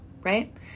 right